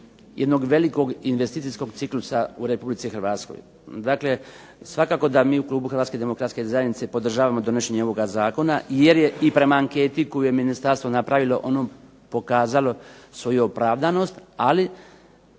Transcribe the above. jednog velikog investicijskog ciklusa u Republici Hrvatskoj. Dakle svakako da mi u klubu Hrvatske demokratske zajednice podržavamo donošenje ovoga zakona, jer je i prema anketi koju je ministarstvo napravilo ono pokazalo svoju opravdanost, ali